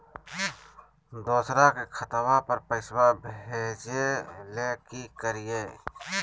दोसर के खतवा पर पैसवा भेजे ले कि करिए?